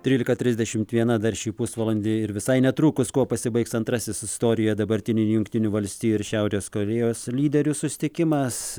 trylika trisdešimt viena dar šį pusvalandį ir visai netrukus kuo pasibaigs antrasis istorija dabartinių jungtinių valstijų ir šiaurės korėjos lyderių susitikimas